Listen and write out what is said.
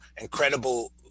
incredible